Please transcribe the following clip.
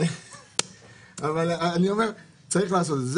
אני אומר שצריך לעשות את זה.